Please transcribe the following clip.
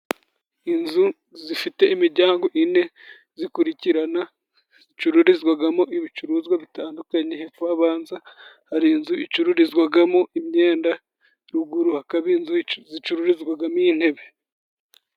Inzu zifite imiryango ine zikurikirana, zicururizwamo ibicuruzwa bitandukanye, hepfo habanza hari inzu icururizwamo imyenda, ruguru hakaba inzu zicururizwamo intebe.